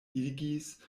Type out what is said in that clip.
igis